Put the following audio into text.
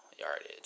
yardage